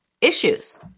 issues